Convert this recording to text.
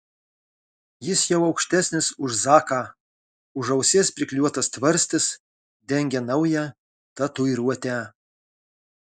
jis jau aukštesnis už zaką už ausies priklijuotas tvarstis dengia naują tatuiruotę